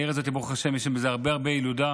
בעיר הזאת, ברוך השם, יש הרבה הרבה ילודה,